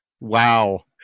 wow